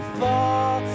fall